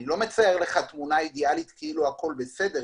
אני לא מצייר לך תמונה אידיאלית כאילו הכול בסדר,